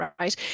right